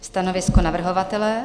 Stanovisko navrhovatele?